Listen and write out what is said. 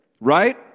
right